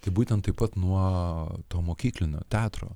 tai būtent taip pat nuo to mokyklinio teatro